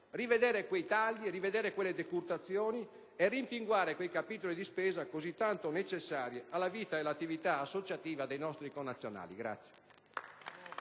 presto quei tagli e quelle decurtazioni, rimpinguando quei capitoli di spesa così tanto necessari alla vita ed all'attività associativa dei nostri connazionali.